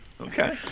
Okay